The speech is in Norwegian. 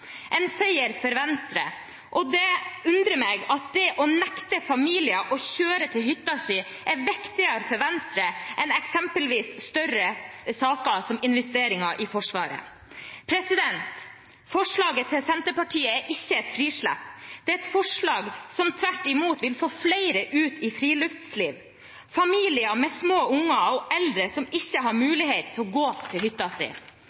en seier for Venstre. Det undrer meg at det å nekte familier å kjøre til hytta si er viktigere for Venstre enn større saker som eksempelvis investeringer i Forsvaret. Forslaget fra Senterpartiet er ikke et frislipp, det er et forslag som tvert imot vil få flere ut i friluftsliv, f.eks. familier med små unger og eldre som ikke har mulighet til